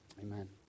Amen